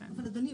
אדוני,